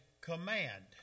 command